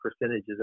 percentages